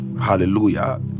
hallelujah